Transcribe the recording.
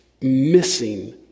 missing